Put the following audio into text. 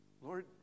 Lord